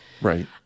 Right